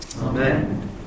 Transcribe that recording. Amen